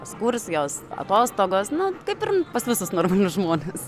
eskursijos atostogos nu kaip ir pas visus normalius žmones